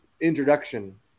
introduction